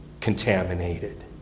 contaminated